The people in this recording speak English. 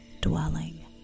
dwelling